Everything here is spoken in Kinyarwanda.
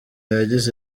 yagize